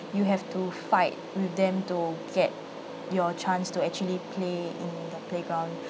you have to fight with them to get your chance to actually play in the playground